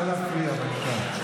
בושה וחרפה.